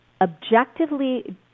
objectively